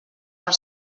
per